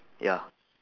ya